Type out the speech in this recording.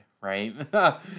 right